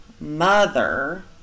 mother